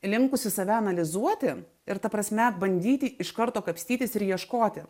linkusi save analizuoti ir ta prasme bandyti iš karto kapstytis ir ieškoti